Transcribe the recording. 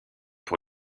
pour